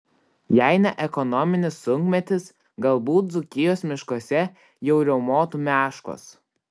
jei ne ekonominis sunkmetis galbūt dzūkijos miškuose jau riaumotų meškos